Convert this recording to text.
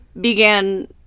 began